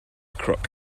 crook